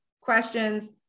questions